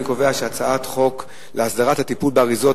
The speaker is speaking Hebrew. אני קובע שחוק להסדרת הטיפול באריזות,